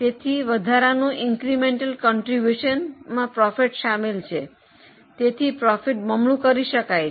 તેથી વધારાનો ફાળો નફોમાં શામેલ છે તેથી નફોને બમણું કરી શકીય છે